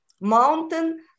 mountain